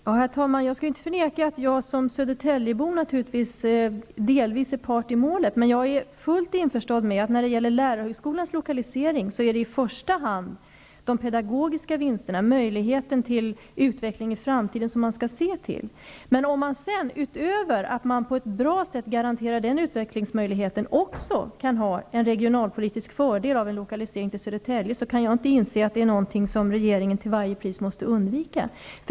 Herr talman! Jag skall inte förneka att jag som Sö dertäljebo naturligtvis delvis är part i målet. Men jag är fullt införstådd med att när det gäller lärar högskolans lokalisering är det i första hand de pe dagogiska vinsterna, möjligheten till utveckling i framtiden, som man skall se till. Men när en lokalisering till Södertälje nu på ett bra sätt kan garantera utvecklingsmöjligheten och också kan ha en regionalpolitisk fördel, kan jag inte inse att det skulle vara något som regeringen till varje pris måste undvika.